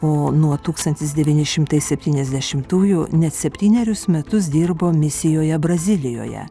o nuo tūkstantis devyni šimtai septyniasdešimtųjų net septynerius metus dirbo misijoje brazilijoje